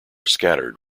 scattered